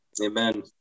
Amen